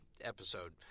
episode